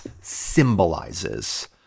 symbolizes